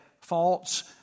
faults